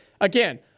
Again